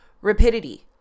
rapidity